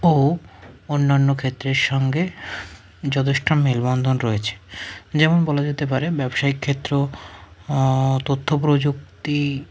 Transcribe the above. ও অন্যান্য ক্ষেত্রের সঙ্গে যথেষ্ট মেলবন্ধন রয়েছে যেমন বলা যেতে পারে ব্যবসায়িক ক্ষেত্র ও তথ্য প্রযুক্তি